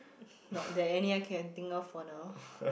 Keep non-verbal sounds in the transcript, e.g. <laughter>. <breath> not there any I can think of for now